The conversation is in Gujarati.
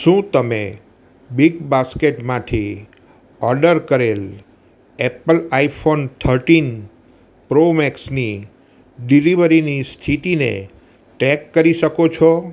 શું તમે બિગ બાસ્કેટમાંથી ઓર્ડર કરેલ એપલ આઈફોન થર્ટીન પ્રો મેક્સની ડિલિવરીની સ્થિતિને ટ્રેક કરી શકો છો